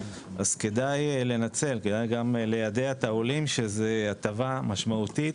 אז כדאי לנצל כי גם ליידע את העולים שזו הטבה משמעותית